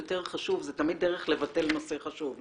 חשוב היא תמיד דרך לבטל נושא יותר חשוב.